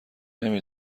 نمی